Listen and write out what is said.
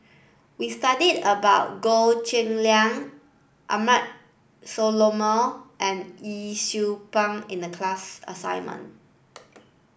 we studied about Goh Cheng Liang Abraham Solomon and Yee Siew Pun in the class assignment